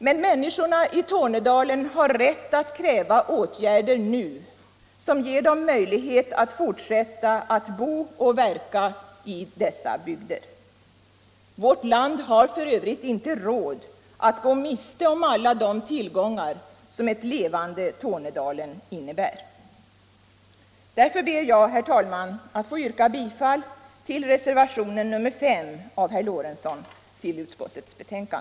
Men människorna i Tornedalen har rätt att nu kräva åtgärder som ger dem möjlighet att fortsätta att bo och verka i dessa bygder. Vårt land har f. ö. inte råd att gå miste om alla de tillgångar som ett levande Tornedalen innebär. Därför ber jag, herr talman, att få yrka bifall till reservationen 5 av herr Lorentzon.